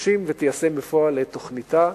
תגשים ותיישם בפועל את תוכניתה,